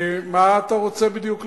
מה אתה רוצה בדיוק לעשות?